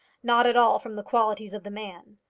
not at all from the qualities of the man.